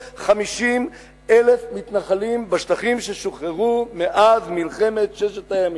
650,000 מתנחלים בשטחים ששוחררו מאז מלחמת ששת הימים.